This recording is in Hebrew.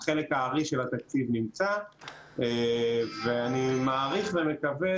החלק הארי של התקציב נמצא ואני מעריך ומקווה